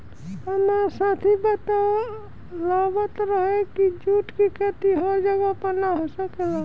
हामार साथी बतलावत रहे की जुट के खेती हर जगह पर ना हो सकेला